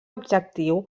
objectiu